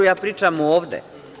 Ja pričam ovde.